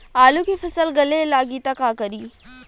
आलू के फ़सल गले लागी त का करी?